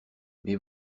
mes